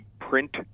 print